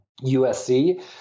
USC